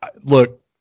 Look